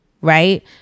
right